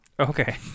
Okay